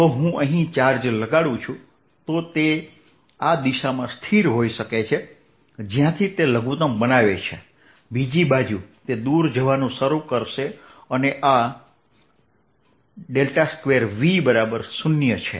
જો હું અહીં ચાર્જ લગાડુ છું તો તે આ દિશામાં સ્થિર હોઈ શકે છે કે જ્યાંથી તે લઘુત્તમ બતાવે છે બીજી બાજુ તે દૂર જવાનું શરૂ કરશે અને આ ∇2v0 છે